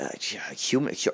Human